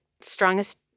strongest